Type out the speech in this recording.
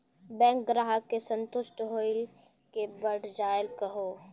Bank ग्राहक के संतुष्ट होयिल के बढ़ जायल कहो?